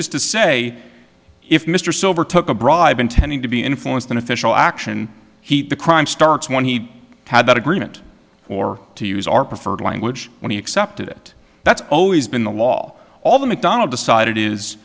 is to say if mr silver took a bribe intending to be influenced in official action heat the crime starts when he had that agreement or to use our preferred language when he accepted it that's always been the law all the mcdonald decide i